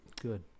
Good